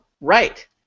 right